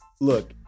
look